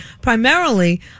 primarily